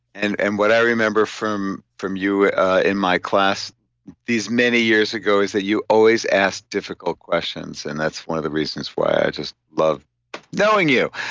and and what i remember from from you in my class these many years ago is that you always asked difficult questions and that's one of the reasons why i love knowing you